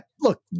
look